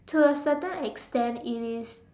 to a certain extent it is